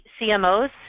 CMOs